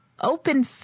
open